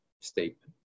statement